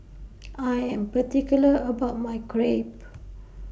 I Am particular about My Crepe